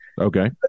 Okay